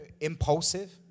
impulsive